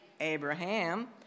Abraham